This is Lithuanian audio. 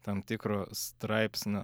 tam tikro straipsnio